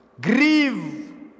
Grieve